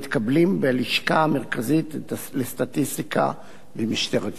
בלשכה המרכזית לסטטיסטיקה ובמשטרת ישראל.